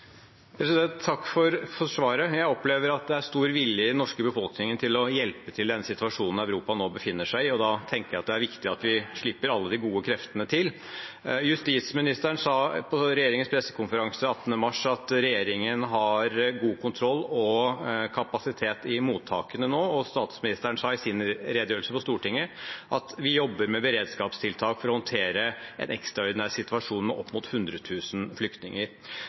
Takk for svaret. Jeg opplever at det er stor vilje i den norske befolkningen til å hjelpe til i den situasjonen Europa nå befinner seg i. Da tenker jeg det er viktig at vi slipper alle de gode kreftene til. Justisministeren sa på regjeringens pressekonferanse 18. mars at regjeringen har god kontroll og kapasitet i mottakene nå. Statsministeren sa i sin redegjørelse for Stortinget at man jobber med beredskapstiltak for å håndtere en ekstraordinær situasjon med opp mot 100 000 flyktninger.